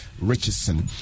richardson